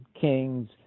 kings